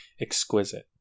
exquisite